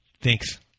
Thanks